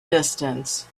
distance